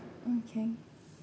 okay